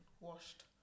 washed